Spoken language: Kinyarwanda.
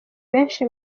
benshi